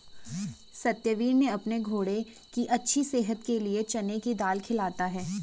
सत्यवीर ने अपने घोड़े की अच्छी सेहत के लिए चने की दाल खिलाता है